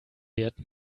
wert